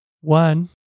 One